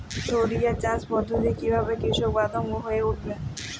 টোরিয়া চাষ পদ্ধতি কিভাবে কৃষকবান্ধব হয়ে উঠেছে?